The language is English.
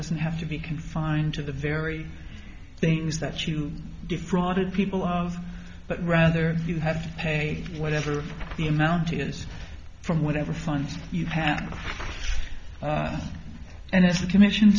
doesn't have to be confined to the very things that you defrauded people out of but rather you have to pay whatever the amount is from whatever funds you have and that's the commission